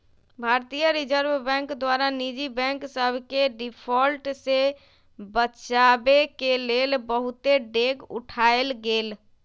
भारतीय reserve bank द्वारा निजी बैंक सभके डिफॉल्ट से बचाबेके लेल बहुते डेग उठाएल गेल